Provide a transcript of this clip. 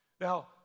Now